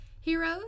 heroes